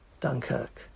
Dunkirk